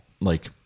like-